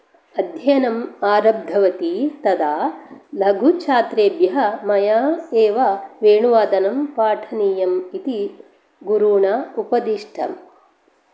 अध्ययनम् आरब्धवती तदा लघु छात्रेभ्य मया एव वेणुवादनं पाठनीयम् इति गुरुणा उपदिष्टम्